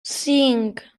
cinc